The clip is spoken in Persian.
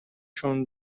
چون